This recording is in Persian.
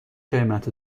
قیمت